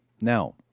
Now